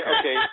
okay